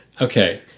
Okay